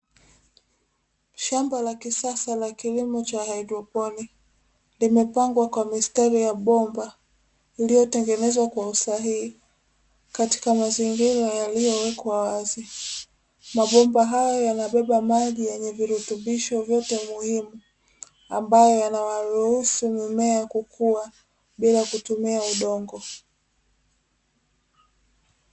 Shamba la kisasa la kilimo cha haidroponi, limepangwa kwa mistari ya bomba iliyotengenezwa kwa usahihi, katika mazingira yaliyowekwa wazi. Mabomba hayo yanabeba maji yenye virutubisho vyote muhimu, ambayo yanawaruhusu mimea kukua bila kutumia udongo.